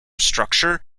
structure